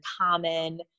common